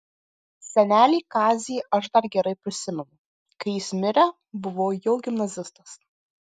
senelį kazį aš dar gerai prisimenu kai jis mirė buvau jau gimnazistas